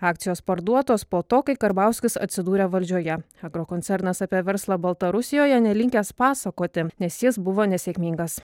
akcijos parduotos po to kai karbauskis atsidūrė valdžioje agrokoncernas apie verslą baltarusijoje nelinkęs pasakoti nes jis buvo nesėkmingas